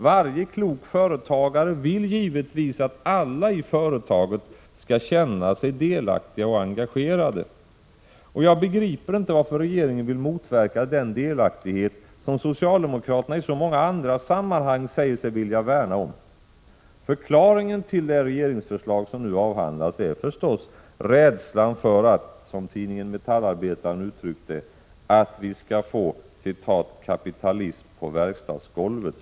Varje klok företagare vill givetvis att alla i företaget skall känna sig delaktiga och engagerade. Jag begriper inte varför regeringen vill motverka den delaktighet som socialdemokraterna i så många andra sammanhang säger sig vilja värna om. Förklaringen till det regeringsförslag som nu avhandlas är förstås rädslan för att, som tidningen Metallarbetaren uttryckt det, vi skall få ”kapitalism på verkstadsgolvet”.